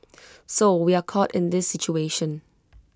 so we are caught in this situation